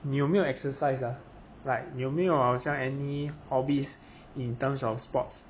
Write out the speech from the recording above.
你有没有 exercise ah like 你有没有好像 any hobbies in terms of sports